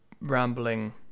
rambling